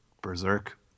Berserk